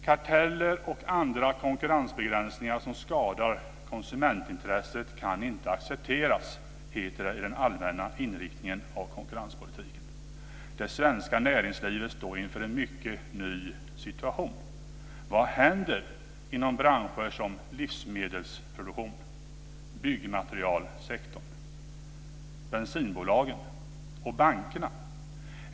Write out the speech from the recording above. Karteller och andra konkurrensbegränsningar som skadar konsumentintresset kan inte accepteras, heter det i den allmänna inriktningen av konkurrenspolitiken. Det svenska näringslivet står inför en mycket ny situation. Vad händer inom branscher som livsmedelsproduktion, byggmaterialsektorn, bensinbolagen och bankerna?